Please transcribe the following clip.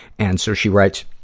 and so, she writes,